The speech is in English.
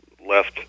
Left